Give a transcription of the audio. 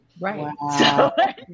Right